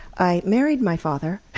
i married my father.